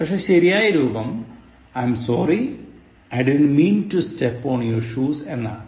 പക്ഷേ ശരിയായ രൂപം I'm sorry - I didn't mean to step on your shoes എന്നാണ്